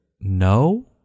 no